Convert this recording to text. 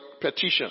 petition